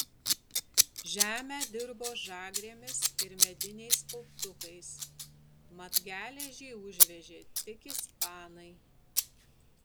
žemę dirbo žagrėmis ir mediniais kauptukais mat geležį užvežė tik ispanai